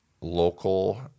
local